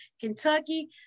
Kentucky